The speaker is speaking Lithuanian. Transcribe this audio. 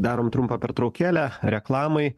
darom trumpą pertraukėlę reklamai